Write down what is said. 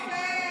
לביקור רופא.